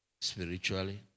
spiritually